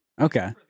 Okay